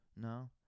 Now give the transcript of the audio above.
No